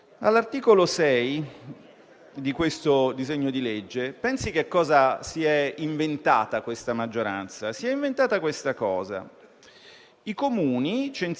penalizzando il costo del lavoro, pensava che gli imprenditori si sarebbero spostati sul capitale, sulle macchine e che questo avrebbe fatto aumentare la produttività, sulla base dell'idea,